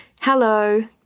hello